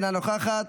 אינה נוכחת,